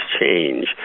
change